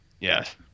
Yes